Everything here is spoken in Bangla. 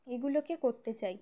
এগুলোকে করতে চাই